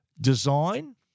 Design